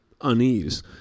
unease